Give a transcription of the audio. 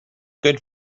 good